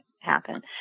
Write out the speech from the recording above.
happen